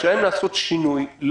השאלה היא האם נכון לעשות שינוי לא